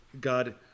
God